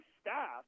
staff